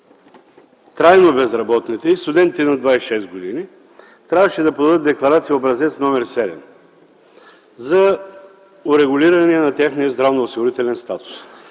трайно безработните и студентите над 26 години трябваше да подадат декларация – Образец № 7 за урегулиране на техния здравноосигурителен статус.